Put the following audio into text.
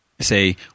say